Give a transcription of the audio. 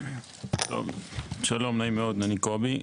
טוב, שלום, נעים מאוד, אני קובי.